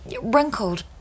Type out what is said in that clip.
wrinkled